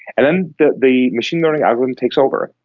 and then the the machine learning algorithm takes over.